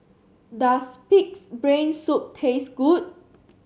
does pig's brain soup taste good